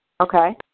Okay